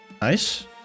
Nice